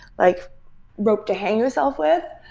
like rope to hang yourself with.